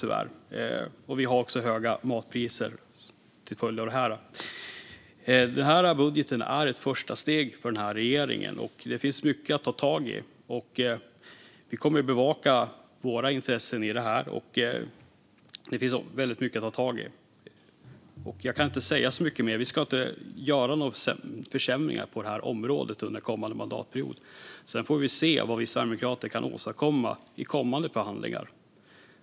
Matpriserna är också höga till följd av detta. Budgeten är ett första steg för regeringen, och det finns mycket att ta tag i. Vi sverigedemokrater kommer att bevaka våra intressen i detta. Jag kan inte säga så mycket mer. Vi ska inte göra några försämringar på det här området under kommande mandatperiod, men vi får se vad vi kan åstadkomma i kommande förhandlingar.